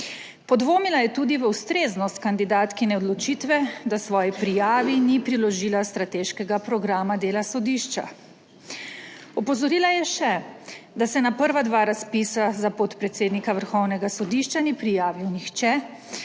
Podvomila je tudi v ustreznost kandidatkine odločitve, da svoji prijavi ni priložila strateškega programa dela sodišča. Opozorila je še, da se na prva dva razpisa za podpredsednika Vrhovnega sodišča ni prijavil nihče,